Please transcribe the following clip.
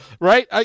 Right